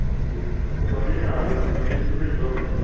ਹਾਂਜੀ ਉਹ ਸਮਝ ਨਹੀਂ ਆ ਰਹੀ ਹਾਂਜੀ ਲੋਕੇਸ਼ਨ ਭੇਜੋ ਆਪਣੀ